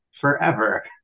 forever